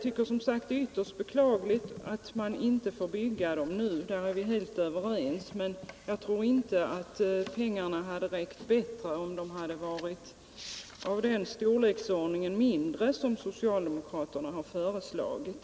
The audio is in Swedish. Det är som sagt ytterst beklagligt att man inte får bygga dessa fartyg nu — därom är vi helt överens. Men jag tror inte att pengarna hade räckt bättre, om storleksordningen hade varit så mycket mindre som socialdemokraterna har föreslagit.